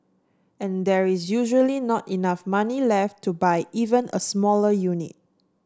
and there is usually not enough money left to buy even a smaller unit